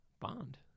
Bond